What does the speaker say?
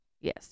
Yes